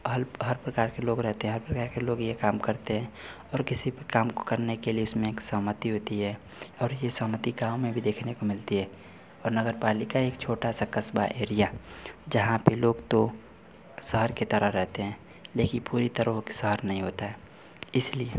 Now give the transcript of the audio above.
हर हर प्रकार के लोग रहते हैं हर प्रकार के लोग यह काम करते हैं और किसी भी काम को करने के लिए उसमें एक सहमति होती है और यह सहमति का हमें भी देखने को मिलती है और नगर पालिका एक छोटा सा कस्बा एरिया जहाँ पर लोग तो शहर के तरह रहते हैं लेकिन पूरी तरह वह शहर नहीं होता है इसलिए